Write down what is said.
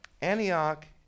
Antioch